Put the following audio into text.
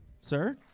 sir